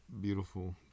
beautiful